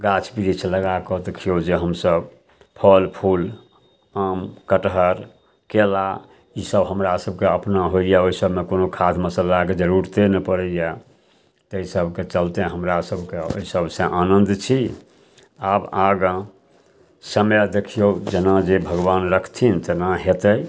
गाछ वृक्ष लगाकऽ देखियौ जे हमसब फल फूल आम कटहर केला ई सब हमरा सबके अपना होइए ओइ सबमे कोनो खाद मसल्लाके जरूरते नहि पड़ैये तै सबके चलते हमरा सबके ओइ सबसँ आनन्द छी आब आगाँ समय देखियौ जेना जे भगवान रखथिन तेना हेतै